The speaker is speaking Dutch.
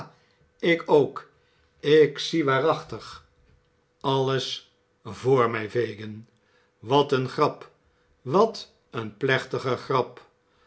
ik ook ik zie waarachtig alles voor mij fagin wat een grap wat een plechtige grap